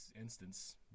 instance